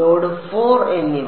node 4 എന്നിവ